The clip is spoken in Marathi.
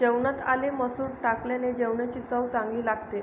जेवणात आले मसूर टाकल्याने जेवणाची चव चांगली लागते